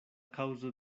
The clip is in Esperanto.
kaŭzo